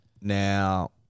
now